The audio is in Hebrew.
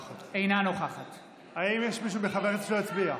אינה נוכחת האם יש מישהו מחברי הכנסת שלא הצביע?